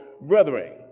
brethren